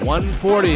140